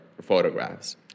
photographs